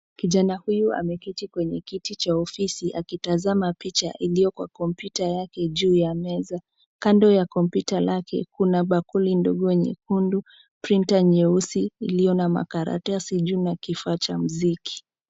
Kijana huyu ameketi kwenye kiti cha ofisi akitizama picha iliyo kwa kompyuta yake juu ya meza. Kando ya kompyuta lake kuna bakuli ndogo nyekundu, printer nyeusi iliyo na makaratasi juu na kifaa cha muziki.